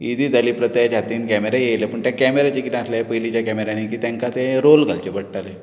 easy जाली प्रत्येकाच्या हातीन कॅमेरा येयले पूण तें कॅमेराचें कितें आसलें पयलींचे कॅमेरांनी की तेंकां ते रोल घालचे पडटाले